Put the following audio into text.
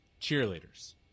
cheerleaders